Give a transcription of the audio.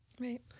Right